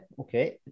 okay